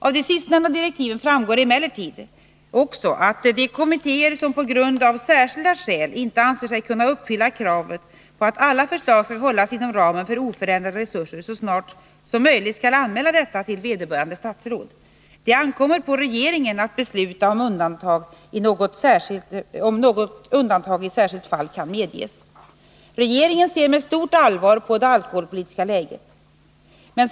Av de sistnämnda direktiven framgår emellertid också att de kommittéer som på grund av särskilda skäl inte anser sig kunna uppfylla kravet på att alla förslag skall hållas inom ramen för oförändrade resurser så snart som möjligt skall anmäla detta till vederbörande statsråd. Det ankommer på regeringen att besluta om undantag i något särskilt fall kan medges. Regeringen ser med stort allvar på det alkoholpolitiska läget.